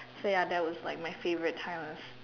so ya that was like my favorite time of